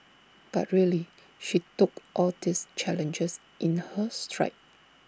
but really she took all these challenges in her stride